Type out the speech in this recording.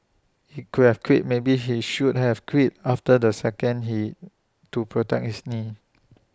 he could have quit maybe he should have quit after the second he to protect his knee